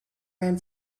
ran